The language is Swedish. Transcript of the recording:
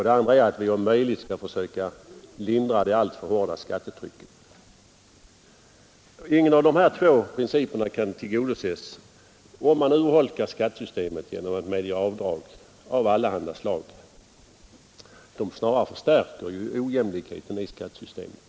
Den andra är att vi om möjligt skall försöka lindra det alltför hårda skattetrycket. Ingen av dessa principer kan tillgodoses, om man urholkar skattesystemet genom att medge avdrag av allehanda slag det snarare förstärker ojämlikheten i skattesystemet.